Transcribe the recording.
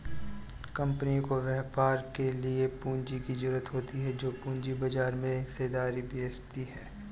company को व्यापार के लिए पूंजी की ज़रूरत होती है जो पूंजी बाजार में हिस्सेदारी बेचती है